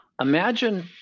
imagine